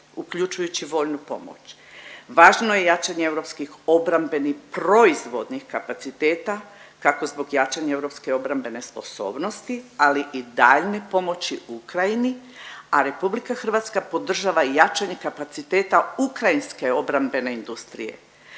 uključujući vojnu pomoć. Važno je jačanje europskih obrambenih proizvodnih kapaciteta kako zbog jačanja europske obrambene sposobnosti ali i daljnje pomoći Ukrajini, a RH podržava i jačanje kapaciteta ukrajinske obrambene industrije.